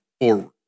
forward